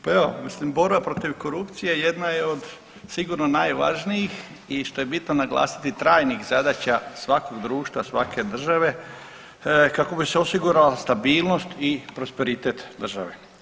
Pa evo mislim borba protiv korupcije jedna je od sigurno najvažnijih i što je bitno naglasiti trajnih zadaća svakog društva, svake države kako bi se osigurala stabilnost i prosperitet države.